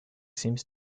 seems